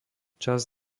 čas